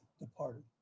departed